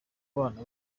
bana